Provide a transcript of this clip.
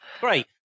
Great